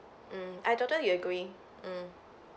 mm I totally agree mm